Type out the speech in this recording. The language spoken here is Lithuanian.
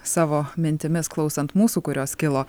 savo mintimis klausant mūsų kurios kilo